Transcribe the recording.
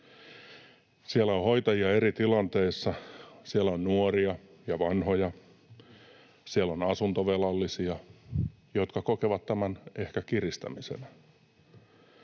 Siellä on hoitajia eri tilanteissa. Siellä on nuoria ja vanhoja, siellä on asuntovelallisia, jotka kokevat tämän ehkä kiristämisenä.